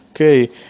Okay